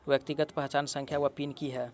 व्यक्तिगत पहचान संख्या वा पिन की है?